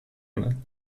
کند